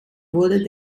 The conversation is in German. wurde